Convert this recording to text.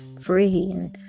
free